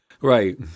right